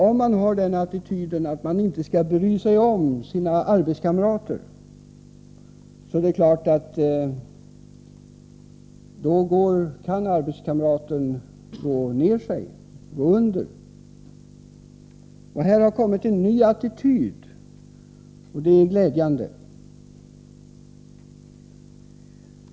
Om man har den attityden att man inte skall bry sig om sina arbetskamrater, är det klart att en arbetskamrat kan gå ner sig och gå under. Här har kommit en ny attityd, och det är glädjande.